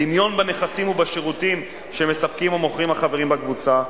דמיון בנכסים ובשירותים שמספקים או מוכרים החברים בקבוצה,